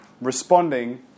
responding